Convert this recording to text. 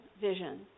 vision